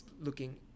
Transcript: looking